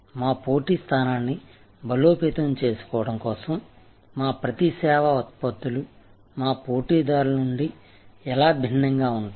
మా పోటీ స్థానాన్ని బలోపేతం చేసుకోవడం కోసం మా ప్రతి సేవా ఉత్పత్తులు మా పోటీదారుల నుండి ఎలా భిన్నంగా ఉంటాయి